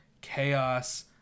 chaos